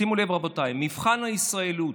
שימו לב, רבותיי: מבחן הישראליות.